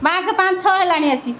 ମାର୍ଚ୍ଚ୍ ପାଞ୍ଚ ଛଅ ହେଲାଣି ଆସି